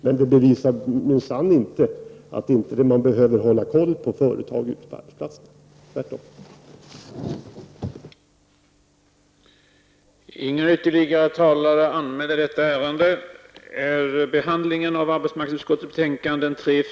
Men det bevisar minsann inte att man inte behöver ha kontroll på företagen ute på arbetsplatserna, tvärtom.